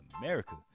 America